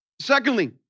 Secondly